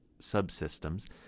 subsystems